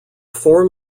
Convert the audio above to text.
form